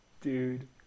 Dude